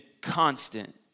constant